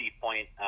point